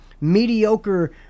mediocre